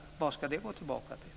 Vad ska det andra gå tillbaka till?